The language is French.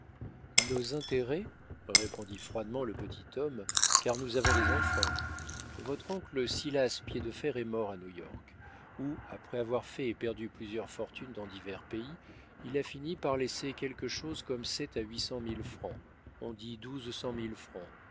nos intérêts répondit froidement le petit homme car nous avons des enfants votre oncle silas piédefer est mort à new-york où après avoir fait et perdu plusieurs fortunes dans divers pays il a fini par laisser quelque chose comme sept à huit cent mille francs on dit